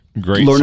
great